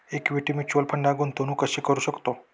Equity mutual फंडात गुंतवणूक कशी करू शकतो?